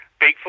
Bigfoot